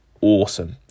awesome